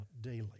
daily